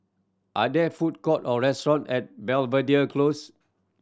are there food court or restaurant at Belvedere Close